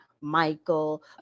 Michael